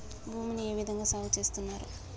భూమిని ఏ విధంగా సాగు చేస్తున్నారు?